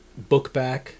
Bookback